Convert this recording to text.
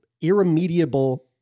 irremediable